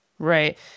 Right